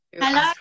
Hello